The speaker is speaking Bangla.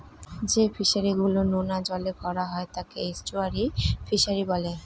যে ফিশারি গুলো নোনা জলে করা হয় তাকে এস্টুয়ারই ফিশারি বলে